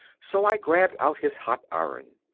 so i grabbed out his hot iron.